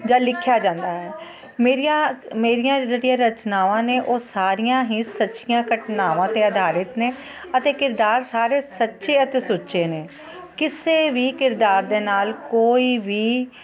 ਜਾਂ ਲਿਖਿਆ ਜਾਂਦਾ ਹੈ ਮੇਰੀਆਂ ਮੇਰੀਆਂ ਜਿਹੜੀਆਂ ਰਚਨਾਵਾਂ ਨੇ ਉਹ ਸਾਰੀਆਂ ਹੀ ਸੱਚੀਆਂ ਘਟਨਾਵਾਂ 'ਤੇ ਅਧਾਰਿਤ ਨੇ ਅਤੇ ਕਿਰਦਾਰ ਸਾਰੇ ਸੱਚੇ ਅਤੇ ਸੁੱਚੇ ਨੇ ਕਿਸੇ ਵੀ ਕਿਰਦਾਰ ਦੇ ਨਾਲ ਕੋਈ ਵੀ